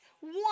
one